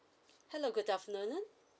hello good afternoon